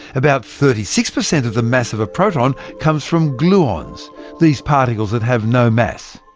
about thirty six percent of the mass of a proton comes from gluons these particles that have no mass.